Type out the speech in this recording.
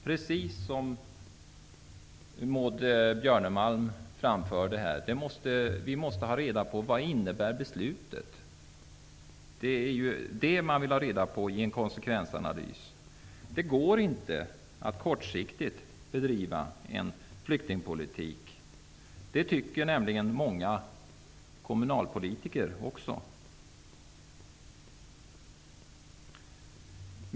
Precis som Maud Björnemalm framförde här måste vi få reda på vad beslutet innebär. Det är ju sådant som man vill ha reda på i en konsekvensanalys. Det går inte att kortsiktigt bedriva en flyktingpolitik -- det är vad många kommunalpolitiker också tycker.